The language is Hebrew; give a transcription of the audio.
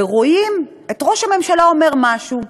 ורואים את ראש הממשלה אומר משהו,